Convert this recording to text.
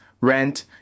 rent